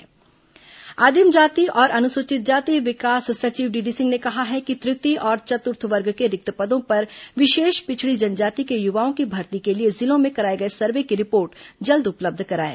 विशेष पिछड़ी जनजाति सर्वे आदिम जाति और अनुसूचित जाति विकास सचिव डीडी सिंह ने कहा है कि तृतीय और चतुर्थ वर्ग के रिक्त पदों पर विशेष पिछड़ी जनजाति के युवाओं की भर्ती के लिए जिलों में कराए गए सर्वे की रिपोर्ट जल्द उपलब्ध कराएं